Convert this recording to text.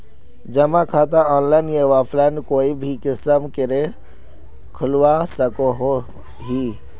जमा खाता ऑनलाइन या ऑफलाइन कोई भी किसम करे खोलवा सकोहो ही?